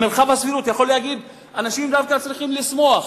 אפשר להגיד: אנשים דווקא צריכים לשמוח.